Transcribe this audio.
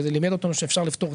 וזה לימד אותנו שאפשר לפתור.